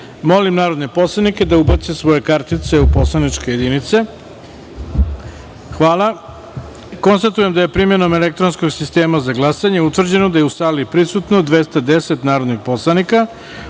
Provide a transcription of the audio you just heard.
narodne poslanike da ubace svoje kartice u poslaničke jedinice. Konstatujem da je primenom elektronskog sistema za glasanje utvrđeno da je u sali prisutno 210 narodnih poslanika,